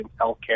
healthcare